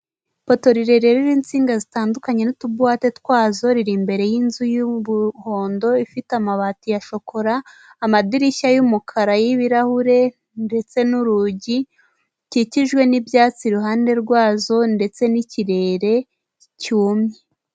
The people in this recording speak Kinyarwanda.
Ipoto rirerire ririho n'insinga zitandukanye n'utubuwate twazo riri imbere y'inzu y'umuhondo ifite amabati ya shokora, amadirishya y'umukara y'ibirahure ndetse n'urugi rukikijwe n'ibyatsi iruhande rwazo ndetse n'ikirere cyumye.